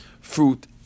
fruit